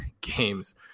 games